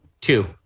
Two